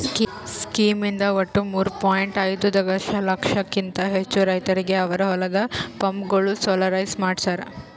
scheme ಇಂದ ಒಟ್ಟು ಮೂರೂ ಪಾಯಿಂಟ್ ಐದೂ ದಶಲಕ್ಷಕಿಂತ ಹೆಚ್ಚು ರೈತರಿಗೆ ಅವರ ಹೊಲದ ಪಂಪ್ಗಳು ಸೋಲಾರೈಸ್ ಮಾಡಿಸ್ಯಾರ್